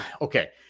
Okay